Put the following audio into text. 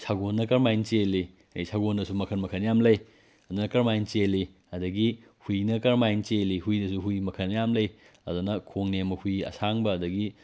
ꯁꯒꯣꯜꯅ ꯀꯔꯝꯃꯥꯏꯅ ꯆꯦꯜꯂꯤ ꯁꯒꯣꯜꯗꯁꯨ ꯃꯈꯜ ꯃꯈꯜ ꯌꯥꯝ ꯂꯩ ꯑꯗꯨꯅ ꯀꯔꯝꯃꯥꯏꯅ ꯆꯦꯜꯂꯤ ꯑꯗꯒꯤ ꯍꯨꯏꯅ ꯀꯔꯝꯃꯥꯏꯅ ꯆꯦꯜꯂꯤ ꯍꯨꯏꯗꯁꯨ ꯍꯨꯏ ꯃꯈꯜ ꯌꯥꯝ ꯂꯩ ꯑꯗꯨꯅ ꯈꯣꯡ ꯅꯦꯝꯕ ꯍꯨꯏ ꯑꯁꯥꯡꯕ ꯑꯗꯒꯤ